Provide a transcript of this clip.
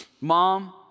Mom